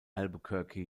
albuquerque